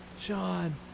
Sean